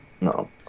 No